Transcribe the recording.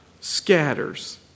scatters